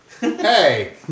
Hey